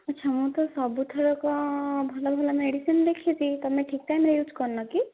ଆଚ୍ଛା ମୁଁ ତ ସବୁଥରକ ଭଲ ଭଲ ମେଡିସିନ୍ ଲେଖିଛି ତମେ ଠିକ୍ ଟାଇମ୍ରେ ୟୁଜ୍ କରିନ କି